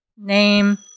Name